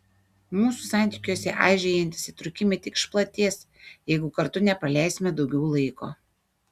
mūsų santykiuose aižėjantys įtrūkimai tik išplatės jeigu kartu nepraleisime daugiau laiko